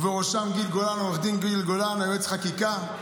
ובראשם עו"ד גיל גולן, יועץ החקיקה.